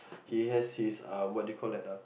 he has his uh what do you call that ah